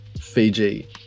fiji